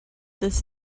this